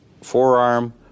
forearm